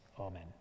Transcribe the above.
amen